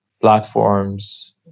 platforms